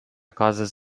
causes